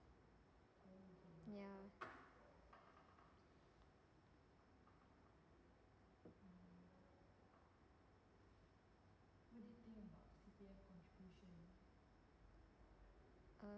ya